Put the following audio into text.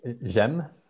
j'aime